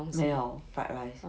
没有 fried rice